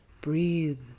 breathe